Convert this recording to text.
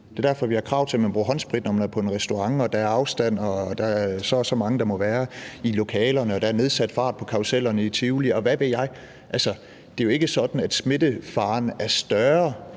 Det er derfor, vi har krav til, at man bruger håndsprit, når man er på en restaurant, at der skal være afstand, at der må være så og så mange i lokalerne, og at der er nedsat fart på karrusellerne i Tivoli, og hvad ved jeg. Altså, det er jo ikke sådan, at smittefaren er større